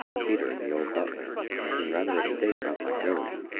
peter, the old butler, was in rather a state about my going,